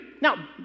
Now